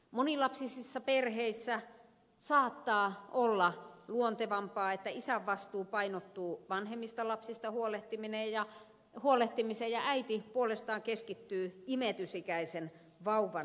monilapsisissa perheissä saattaa olla luontevampaa että isän vastuu painottuu vanhemmista lapsista huolehtimiseen ja äiti puolestaan keskittyy imetysikäisen vauvan hoitamiseen